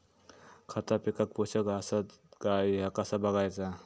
खता पिकाक पोषक आसत काय ह्या कसा बगायचा?